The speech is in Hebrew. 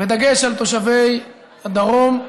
בדגש על תושבי הדרום,